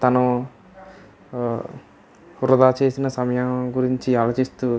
తను వృధా చేసిన సమయం గురించి ఆలోచిస్తూ